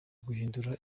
guhindura